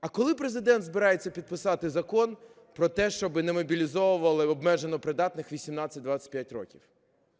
а коли Президент збирається підписати Закон про те, щоб не мобілізовували обмежено придатних 18-25 років?